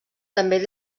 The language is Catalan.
també